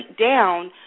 down